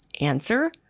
Answer